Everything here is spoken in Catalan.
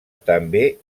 també